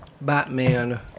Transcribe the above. Batman